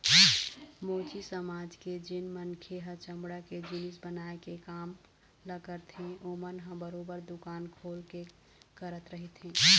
मोची समाज के जेन मनखे ह चमड़ा के जिनिस बनाए के काम ल करथे ओमन ह बरोबर दुकान खोल के करत रहिथे